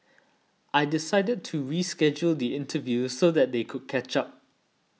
I decided to reschedule the interview so that they could catch up